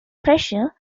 pressure